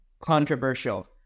controversial